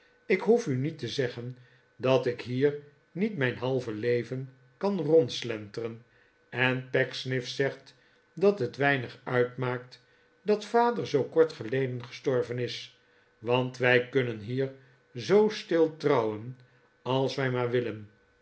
ik hoef u niet te zeggen dat ik hier niet mijn halve leven kan rondslenteren en pecksniff zegt dat het weinig uitmaakt dat vader zoo kort geleden gestorven is want wij kunnen hier zoo stil trouwen als wij maar willen